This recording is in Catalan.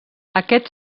aquests